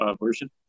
version